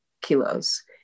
kilos